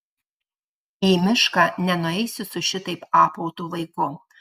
į mišką nenueisi su šitaip apautu vaiku